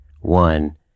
one